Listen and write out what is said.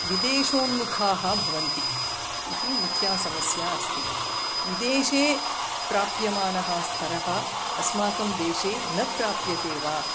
विदेशोन्मुखाः भवन्ति इति मुख्या समस्या अस्ति विदेशे प्राप्यमानः स्तरः अस्माकं देशे न प्राप्यते वा